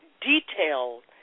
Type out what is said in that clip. detailed